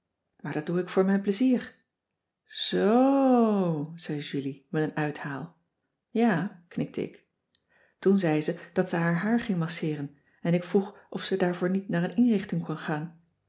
maar dat doe ik voor mijn pleizier zoo zei julie met een uithaal ja knikte ik toen zei ze dat ze haar haar ging masseeren en ik vroeg of ze daarvoor niet naar een inrichting kon gaan